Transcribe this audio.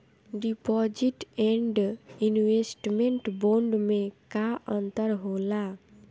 Deposit and investment bond मे का अंतर होला?